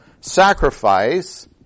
sacrifice